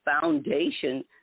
foundation